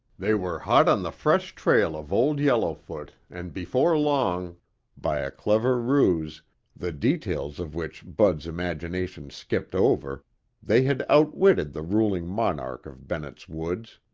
they were hot on the fresh trail of old yellowfoot and before long by a clever ruse the details of which bud's imagination skipped over they had outwitted the ruling monarch of bennett's woods.